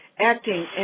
acting